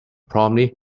promptly